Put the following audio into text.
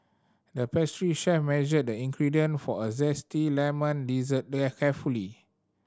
the pastry chef measured the ingredient for a zesty lemon dessert their carefully